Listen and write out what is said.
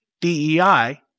DEI